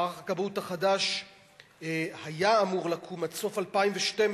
מערך הכבאות החדש היה אמור לקום עד סוף 2012,